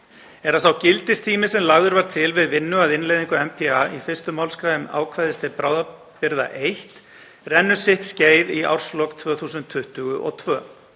er að sá gildistími sem lagður var til við vinnu að innleiðingu NPA í 1. mgr. ákvæðis til bráðabirgða I rennur sitt skeið í árslok 2022.